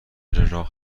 راه